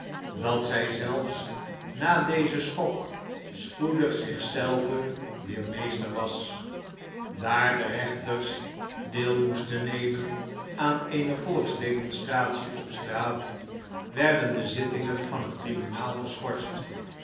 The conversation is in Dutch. dat zjj zelfs na dezen schok spoedig zich zelve weer meester was daar de rechters deel moesten nemen aan eene volksdemonstratie op straat werden de zittingen van het tribunaal geschorst